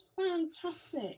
Fantastic